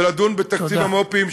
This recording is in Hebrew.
ולהעביר את זה לתקציב המו"פים,